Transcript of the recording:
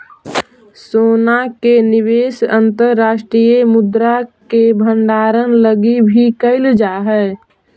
सोना के निवेश अंतर्राष्ट्रीय मुद्रा के भंडारण लगी भी कैल जा हई